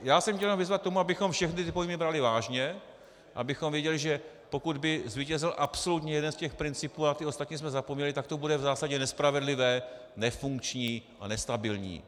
Já jsem chtěl jenom vyzvat k tomu, abychom všechny ty pojmy brali vážně, abychom věděli, že pokud by zvítězil absolutně jeden z těch principů a ty ostatní jsme zapomněli, tak to bude v zásadě nespravedlivé, nefunkční a nestabilní.